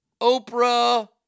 oprah